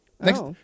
Next